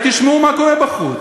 תשמעו מה קורה בחוץ,